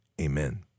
amen